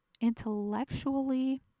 intellectually